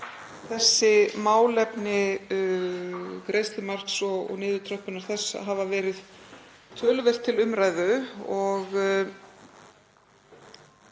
þessi málefni greiðslumarks og niðurtröppunar þess hafa verið töluvert til umræðu.